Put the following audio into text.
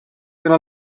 gonna